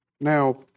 Now